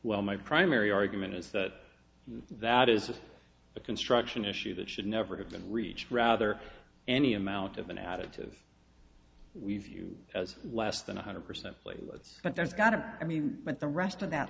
well my primary argument is that that is the construction issue that should never have been reached rather any amount of an additive we view as less than one hundred percent platelets but that's gotta be i mean but the rest of that